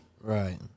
Right